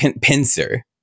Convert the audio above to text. pincer